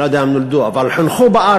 אני לא יודע אם נולדו, אבל חונכו בארץ,